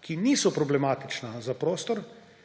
ki niso problematične za prostor,